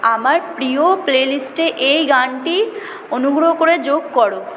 আমার প্রিয় প্লেলিস্টে এই গানটি অনুগ্রহ করে যোগ করো